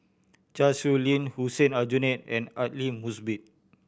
Chan Sow Lin Hussein Aljunied and Aidli Mosbit